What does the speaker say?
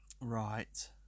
right